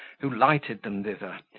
who lighted them thither,